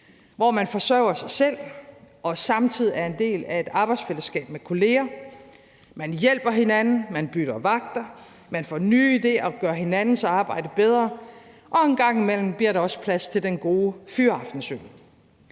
hvor man forsørger sig selv og samtidig er en del af et arbejdsfællesskab med kolleger. Man hjælper hinanden, man bytter vagter, man får nye idéer og gør hinandens arbejde bedre, og en gang imellem bliver der også plads til den gode fyraftensøl.